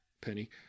Penny